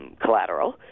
collateral